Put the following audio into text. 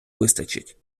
вистачить